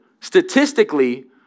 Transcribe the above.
statistically